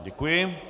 Děkuji.